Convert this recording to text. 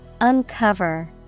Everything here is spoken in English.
Uncover